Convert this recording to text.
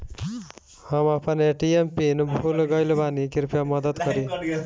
हम अपन ATM PIN भूल गएल बानी, कृपया मदद करीं